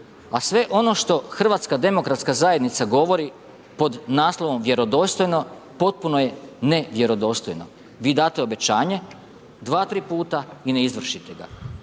A sve ono što HDZ govori pod naslovom „Vjerodostojno“ potpuno je nevjerodostojno. Vi date obećanje dva, tri puta i ne izvršite ga.